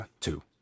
two